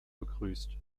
begrüßt